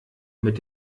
mit